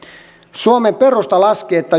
suomen perusta laski että